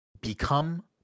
Become